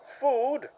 food